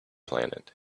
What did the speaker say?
planet